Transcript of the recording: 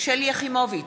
שלי יחימוביץ,